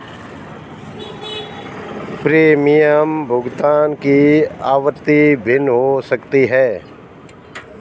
premium भुगतान की आवृत्ति भिन्न हो सकती है